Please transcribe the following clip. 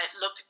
look